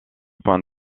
point